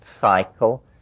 cycle